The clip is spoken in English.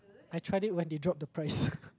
I tried it when they drop the price